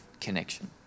connection